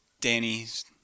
Danny's